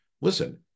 listen